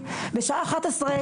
בשעה אחת עשרה,